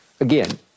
again